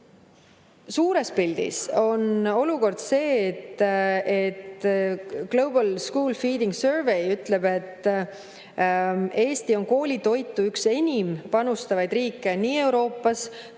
suures pildis on olukord selline. Global School Feeding Survey ütleb, et Eesti on koolitoitu üks enim panustavaid riike Euroopas